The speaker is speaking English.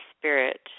spirit